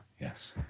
Yes